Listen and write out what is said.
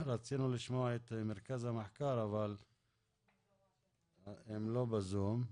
רצינו לשמוע את מרכז המחקר אבל הם לא בזום.